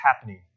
happening